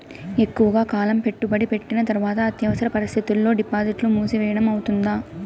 ఎక్కువగా కాలం పెట్టుబడి పెట్టిన తర్వాత అత్యవసర పరిస్థితుల్లో డిపాజిట్లు మూసివేయడం అవుతుందా?